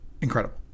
incredible